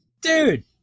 dude